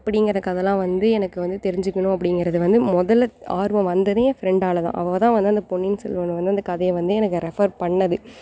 அப்படிங்குற கதைலாம் வந்து எனக்கு வந்து தெரிஞ்சுக்கணும் அப்படிங்குறது வந்து முதல்ல ஆர்வம் வந்ததே ஏன் ஃப்ரெண்டால் தான் அவள் தான் வந்து அந்த பொன்னியின் செல்வனை வந்து அந்த கதையை வந்து எனக்கு ரெஃபர் பண்ணது